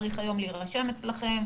צריך היום להירשם אצלכם,